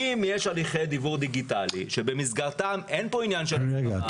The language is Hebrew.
אם יש הליכי דיוור דיגיטלי שבמסגרתם אין פה עניין של מסירה --- רגע.